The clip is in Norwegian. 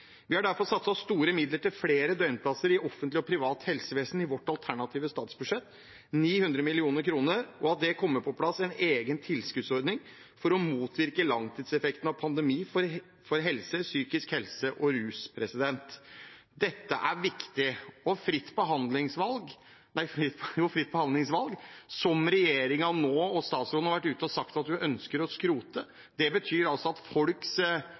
Vi har derfor satt av store midler til flere døgnplasser i offentlig og privat helsevesen i vårt alternative statsbudsjett, 900 mill. kr, og at det kommer på plass en egen tilskuddsordning for å motvirke langtidseffekten av pandemi for helse, psykisk helse og rus. Dette er viktig. Fritt behandlingsvalg, som regjeringen og statsråden nå har vært ute og sagt at man ønsker å skrote, betyr altså at